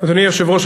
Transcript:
אדוני היושב-ראש,